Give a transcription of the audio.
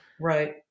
Right